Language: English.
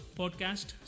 podcast